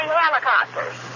helicopters